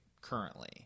currently